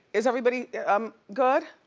is everybody um good?